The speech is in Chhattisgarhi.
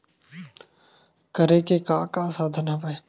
करे के का का साधन हवय?